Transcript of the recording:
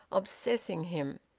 obsessing him.